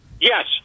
Yes